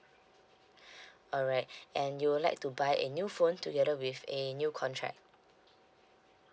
alright and you'll like to buy a new phone together with a new contract